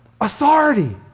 authority